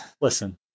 listen